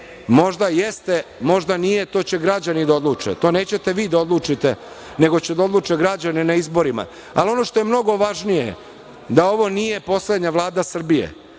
Možda jeste, možda nije, to će građani da odluče. To nećete vi da odlučite, nego će da odluče građani na izborima. Ono što je mnogo važnije, ovo nije poslednja vlada Srbije